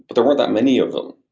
but there weren't that many of them.